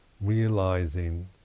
Realizing